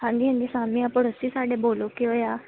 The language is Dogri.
आं जी शामली जी बोलो केह् होया